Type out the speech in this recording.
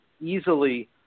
easily